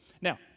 Now